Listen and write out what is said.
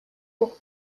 pour